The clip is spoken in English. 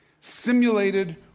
Simulated